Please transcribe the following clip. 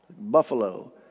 buffalo